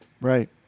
Right